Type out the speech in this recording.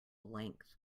length